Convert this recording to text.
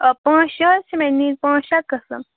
آ پانٛژھ شےٚ حظ چھِ مےٚ نِنۍ پانٛژھ شےٚ قسٕم